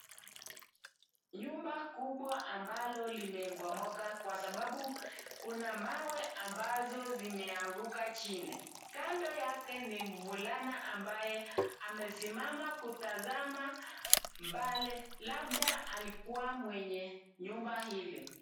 Nyumba kubwa ambalo limebomoka kwa sababu kuna mawe ambazo zimeanguka chini, kando yake ni mvulana ambaye amesimama kutazama mbali, labda alikuwa mwenye nyumba hili.